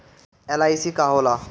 LIC का होला?